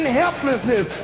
helplessness